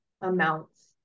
amounts